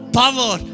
power